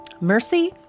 Mercy